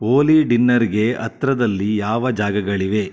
ಓಲಿ ಡಿನ್ನರ್ಗೆ ಹತ್ರದಲ್ಲಿ ಯಾವ ಜಾಗಗಳಿವೆ